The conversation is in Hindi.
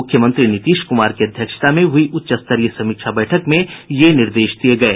मुख्यमंत्री नीतीश कुमार की अध्यक्षता में हुई उच्च स्तरीय समीक्षा बैठक में ये निर्देश दिये गये